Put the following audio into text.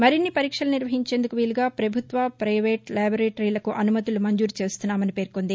మరిన్ని పరీక్షలు నిర్వహించేందుకు వీలుగా ప్రభుత్వ ప్రైవేటు ల్యాబొరేటరీలకు అసుమతులు మంజూరు చేస్తున్నామని పేర్కొంది